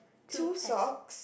two socks